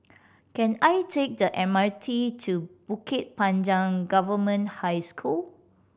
can I take the M R T to Bukit Panjang Government High School